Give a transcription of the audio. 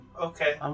okay